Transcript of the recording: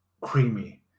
creamy